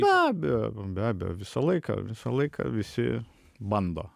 be abejo be abejo visą laiką visą laiką visi bando